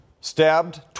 Stabbed